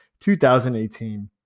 2018